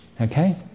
Okay